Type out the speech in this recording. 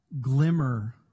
glimmer